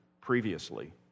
previously